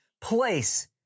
place